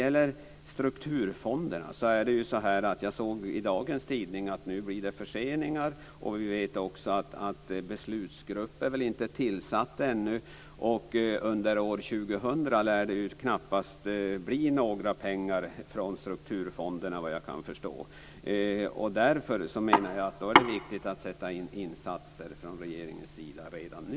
Jag såg i dagens tidning att det nu blir förseningar när det gäller strukturfonderna. Vi vet också att beslutsgruppen inte är tillsatt ännu. Under år 2000 lär det väl knappast bli några pengar från strukturfonderna, vad jag kan förstå. Därför menar jag att det är viktigt att regeringen sätter in insatser redan nu.